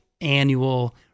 annual